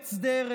פורץ דרך,